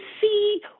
see